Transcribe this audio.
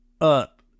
up